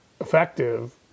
effective